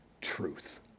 truth